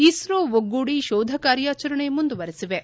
ಇಸ್ತೋ ಒಗ್ಗೂಡಿ ಕೋಧ ಕಾರ್ಯಾಚರಣೆ ಮುಂದುವರಿಸಿವೆ